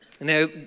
Now